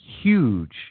huge